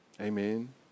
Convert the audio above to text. Amen